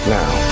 now